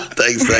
thanks